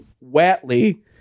Watley